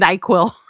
NyQuil